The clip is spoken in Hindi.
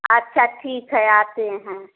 अच्छा ठीक है आते हैं